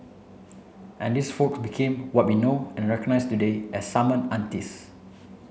and these folk became what we know and recognise today as summon aunties